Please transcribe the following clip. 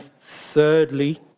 thirdly